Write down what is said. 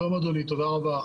שלום אדוני, תודה רבה.